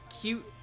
cute